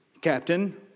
Captain